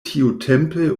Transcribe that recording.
tiutempe